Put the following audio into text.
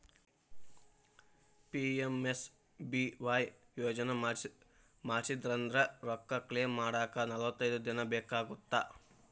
PMSBY ಯೋಜನಾ ಮಾಡ್ಸಿನಂದ್ರ ರೊಕ್ಕ ಕ್ಲೇಮ್ ಮಾಡಾಕ ನಲವತ್ತೈದ್ ದಿನ ಬೇಕಾಗತ್ತಾ